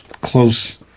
close